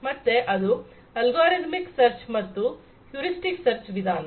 ಮತ್ತೆ ಅದು algorithmic search ಮತ್ತು ಹ್ಯೂರಿಸ್ಟಿಕ್ ಸರ್ಚ್ ವಿಧಾನ